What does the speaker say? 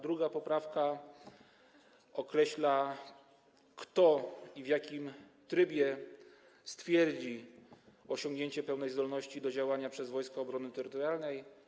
Druga poprawka określa, kto i w jakim trybie stwierdzi osiągnięcie pełnej zdolności do działania przez Wojska Obrony Terytorialnej.